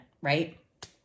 right